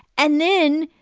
and then,